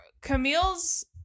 Camille's